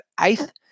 eighth